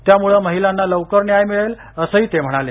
त्यामुळं महिलांना लवकर न्याय मिळेल असंही ते म्हणाले